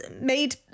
made